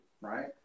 right